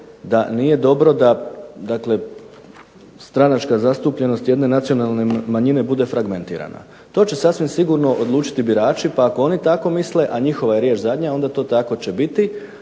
da nije dobro da, dakle stranačka zastupljenost jedne nacionalne manjine bude fragmentirana. To će sasvim sigurno odlučiti birači, pa ako oni tako misle, a njihova je riječ zadnja, onda to tako će biti.